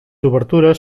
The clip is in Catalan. obertures